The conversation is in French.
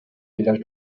village